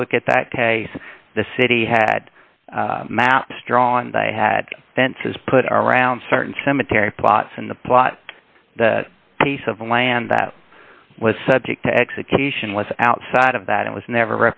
you look at that case the city had maps drawn they had fences put around certain cemetery plots in the plot the piece of land that was subject to execution was outside of that it was never